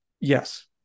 Yes